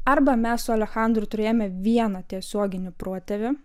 arba mes su alechandru turėjome vieną tiesioginį protėvį